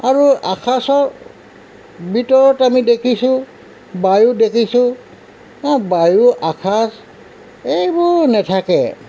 আৰু আকাশৰ ভিতৰত আমি দেখিছোঁ বায়ু দেখিছোঁ হা বায়ু আকাশ এইবোৰ নাথাকে